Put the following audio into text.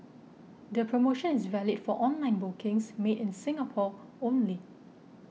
the promotion is valid for online bookings made in Singapore only